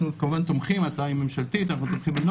זאת הצעה ממשלתית ואנחנו כמובן תומכים בה,